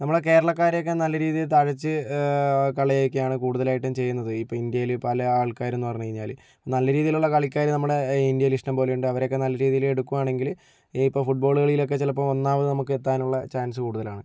നമ്മളെ കേരളക്കാരെയൊക്കെ നല്ല രീതിയിൽ തഴച്ചു കളിയാക്കിയാണ് കൂടുതലായിട്ടും ചെയ്യുന്നത് ഇപ്പോൾ ഇന്ത്യയിൽ പല ആൾക്കാരെന്ന് പറഞ്ഞു കഴിഞ്ഞാൽ നല്ല രീതിയിലുള്ള കളിക്കാർ നമ്മുടെ ഇന്ത്യയിൽ ഇഷ്ടം പോലെയുണ്ട് അവരെയൊക്കെ നല്ല രീതിയിൽ എടുക്കുകയാണെങ്കിൽ ഇപ്പോൾ ഫുട്ബോൾ കളിയിലൊക്കെ ചിലപ്പോൾ ഒന്നാമത് നമുക്ക് എത്താനുള്ള ചാൻസ് കൂടുതലാണ്